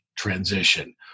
transition